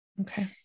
Okay